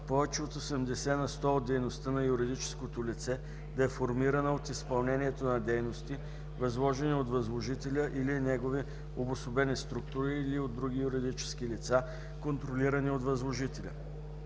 повече от 80 на сто от дейността на юридическото лице да е формирана от изпълнението на дейности, възложени от възложителя или негови обособени структури или от други юридически лица, контролирани от възложителя;